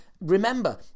remember